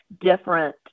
different